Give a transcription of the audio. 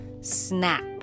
snap